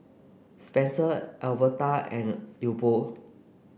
Spencer Alverta and Leopold